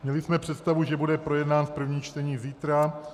Měli jsme představu, že bude projednán v prvním čtení zítra.